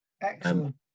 Excellent